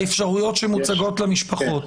האפשרויות שמוצגות למשפחות?